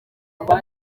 kugwa